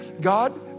God